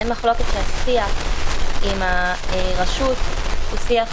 אין מחלוקת שהשיח עם הרשות הוא שיח